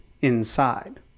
Inside